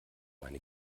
eine